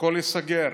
הכול ייסגר.